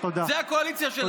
זו הקואליציה שלכם.